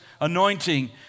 anointing